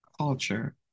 culture